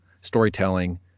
storytelling